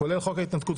כולל חוק ההתנתקות,